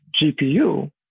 GPU